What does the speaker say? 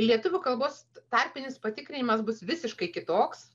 lietuvių kalbos tarpinis patikrinimas bus visiškai kitoks